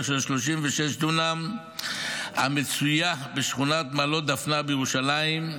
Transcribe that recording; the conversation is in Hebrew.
של 36 דונם המצויה בשכונת מעלות דפנה בירושלים,